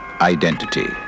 identity